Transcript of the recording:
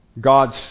God's